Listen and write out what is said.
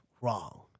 wrong